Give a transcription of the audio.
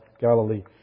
Galilee